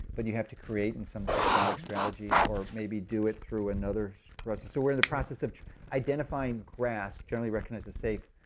but you have to create in some exotic strategies, or maybe do it through another process. we're in the process of identifying grass, generally recognized as safe